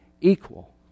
equal